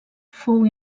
fou